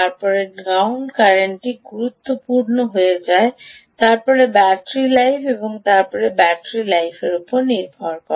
তারপরে গ্রাউন্ড কারেন্টটি গুরুত্বপূর্ণ হয়ে যায় তারপরে ব্যাটারি লাইফ এবং তারপরে ব্যাটারি লাইফ সময় নির্ভর করে